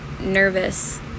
nervous